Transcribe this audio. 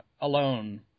alone